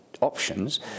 options